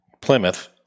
Plymouth